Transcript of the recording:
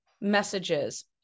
messages